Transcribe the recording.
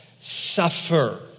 suffer